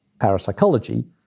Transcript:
parapsychology